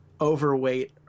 overweight